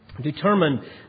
determined